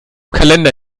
kalender